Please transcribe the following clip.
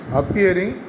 appearing